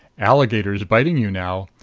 alligators bitingu now.